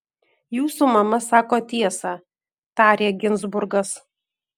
jūsų mama sako tiesą tarė ginzburgas